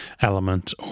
element